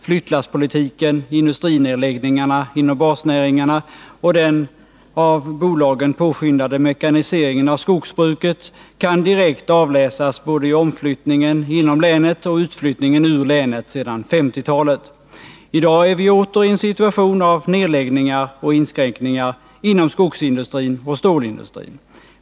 Flyttlasspolitiken, industrinedläggningarna inom basnäringarna och den av bolagen påskyndade mekaniseringen av skogsbruket kan direkt avläsas både i omflyttningen inom länet och i utflyttningen från länet sedan 1950-talet. I dag befinner vi oss återigen i en situation av nedläggningar och inskränkningar inom skogsindustrin och stålindustrin.